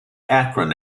akron